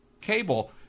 cable